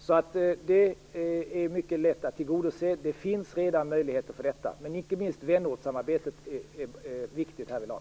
Så detta är mycket lätt att tillgodose. Det finns redan möjligheter för detta. Icke minst vänortssamarbetet är viktigt härvidlag.